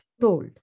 told